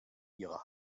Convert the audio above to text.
ihrer